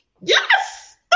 Yes